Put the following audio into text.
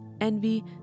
envy